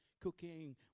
cooking